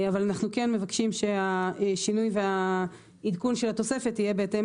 אבל אנחנו כן מבקשים שהשינוי והעדכון של התוספת יהיה בהתאם